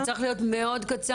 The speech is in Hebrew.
זה צריך להיות מאוד קצר,